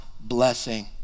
blessing